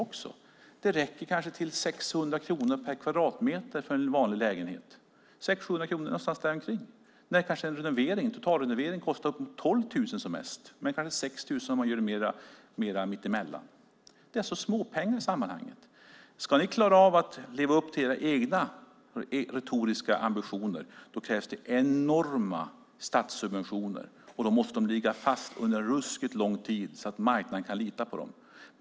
Det skulle kanske ge 600-700 kronor per kvadratmeter för en vanlig lägenhet. En totalrenovering kostar som mest 12 000, och kanske 6 000 om man gör något mitt emellan. Det är alltså småpengar i sammanhanget. Om ni ska klara av att leva upp till era egna retoriska ambitioner krävs enorma statssubventioner, och de måste ligga fast väldigt länge så att marknaden kan lita på dem.